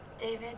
David